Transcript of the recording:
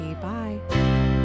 Bye